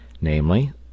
namely